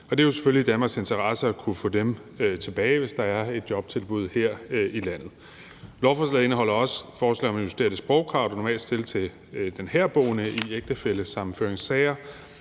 det er jo selvfølgelig i Danmarks interesse at kunne få dem tilbage, hvis der er et jobtilbud her i landet. Lovforslaget indeholder også forslag om at justere det sprogkrav, der normalt stilles til den herboende i ægtefællesammenføringssager.